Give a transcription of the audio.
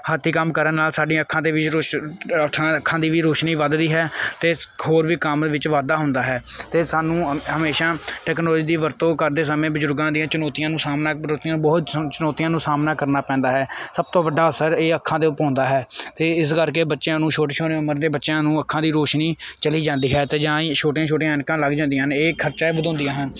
ਹੱਥੀਂ ਕੰਮ ਕਰਨ ਨਾਲ ਸਾਡੀਆਂ ਅੱਖਾਂ 'ਤੇ ਵੀ ਰੋਸ਼ ਰਥਾ ਅੱਖਾਂ ਦੀ ਵੀ ਰੋਸ਼ਨੀ ਵੱਧਦੀ ਹੈ ਅਤੇ ਹੋਰ ਵੀ ਕੰਮ ਵਿੱਚ ਵਾਧਾ ਹੁੰਦਾ ਹੈ ਅਤੇ ਸਾਨੂੰ ਹਮੇਸ਼ਾ ਟੈਕਨੋਲੋਜੀ ਦੀ ਵਰਤੋਂ ਕਰਦੇ ਸਮੇਂ ਬਜ਼ੁਰਗਾਂ ਦੀਆਂ ਚੁਣੌਤੀਆਂ ਨੂੰ ਸਾਹਮਣਾ ਚੁਣੌਤੀਆਂ ਨੂੰ ਬਹੁਤ ਚੁਨੌ ਚੁਣੌਤੀਆਂ ਨੂੰ ਸਾਹਮਣਾ ਕਰਨਾ ਪੈਂਦਾ ਹੈ ਸਭ ਤੋਂ ਵੱਡਾ ਅਸਰ ਇਹ ਅੱਖਾਂ 'ਤੇ ਉਹ ਪਾਉਂਦਾ ਹੈ ਅਤੇ ਇਸ ਕਰਕੇ ਬੱਚਿਆਂ ਨੂੰ ਛੋਟੀ ਛੋਟੀ ਉਮਰ ਦੇ ਬੱਚਿਆਂ ਨੂੰ ਅੱਖਾਂ ਦੀ ਰੋਸ਼ਨੀ ਚਲੀ ਜਾਂਦੀ ਹੈ ਅਤੇ ਜਾਂ ਇਹ ਛੋਟੀਆਂ ਛੋਟੀਆਂ ਐਨਕਾਂ ਲੱਗ ਜਾਂਦੀਆਂ ਨੇ ਇਹ ਖਰਚਾ ਵਧਾਉਂਦੀਆਂ ਹਨ